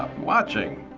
watching!